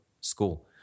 school